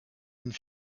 une